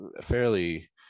fairly